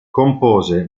compose